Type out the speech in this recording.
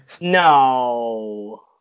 No